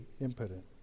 impotent